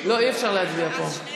לא, אי-אפשר להצביע פה.